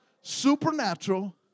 supernatural